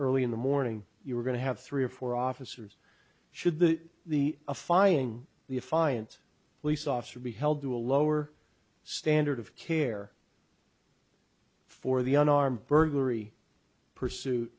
early in the morning you were going to have three or four officers should the the a firing the finance police officer be held to a lower standard of care for the unarmed burglary pursuit